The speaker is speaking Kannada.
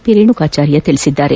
ಪಿ ರೇಣುಕಾಚಾರ್ಯ ಹೇಳಿದ್ದಾರೆ